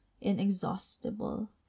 inexhaustible